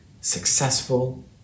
successful